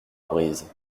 brise